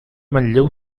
manlleu